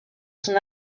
son